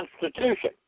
constitution